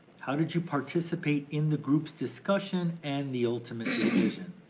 how did you participate in the group's discussion and the ultimate decision?